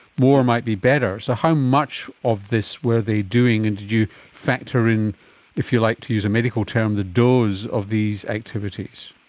more might be better. so how much of this were they doing, and did you factor in if you like to use a medical term the dose of these activities?